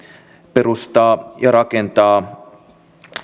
perustaa ja rakentaa